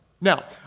Now